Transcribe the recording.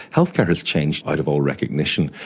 healthcare has changed out of all recognition.